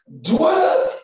dwell